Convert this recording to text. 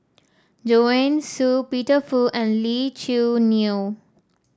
Joanne Soo Peter Fu and Lee Choo Neo